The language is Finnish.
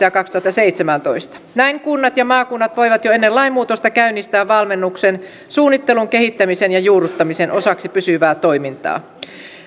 ja kaksituhattaseitsemäntoista näin kunnat ja maakunnat voivat jo ennen lainmuutosta käynnistää valmennuksen suunnittelun kehittämisen ja juurruttamisen osaksi pysyvää toimintaa